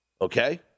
okay